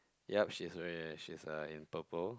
yup she's wear she's uh in purple